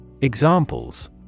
Examples